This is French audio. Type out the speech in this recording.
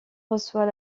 reçoit